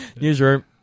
Newsroom